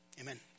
amen